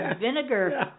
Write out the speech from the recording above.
vinegar